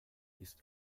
ist